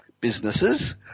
businesses